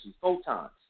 photons